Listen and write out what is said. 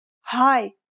Hi